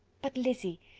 but lizzy,